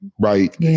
Right